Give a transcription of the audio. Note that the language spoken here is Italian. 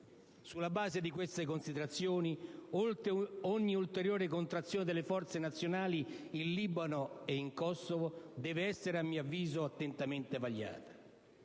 Sulla base di queste considerazioni, ogni ulteriore contrazione delle forze nazionali in Libano e in Kosovo deve essere - a mio avviso - attentamente vagliata.